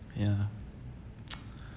yeah